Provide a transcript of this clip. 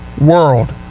world